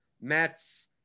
Mets